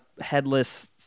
headless